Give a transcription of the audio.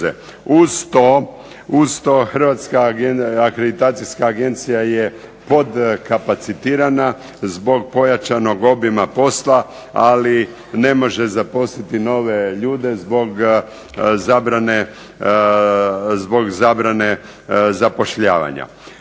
Uz to Hrvatska akreditacijska agencija je podkapacitirana zbog pojačanog obima posla, ali ne može zaposliti nove ljude zbog zabrane zapošljavanja.